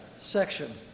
section